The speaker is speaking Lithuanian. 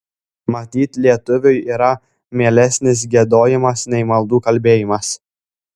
matyt lietuviui yra mielesnis giedojimas nei maldų kalbėjimas